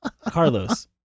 Carlos